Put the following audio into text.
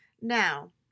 Now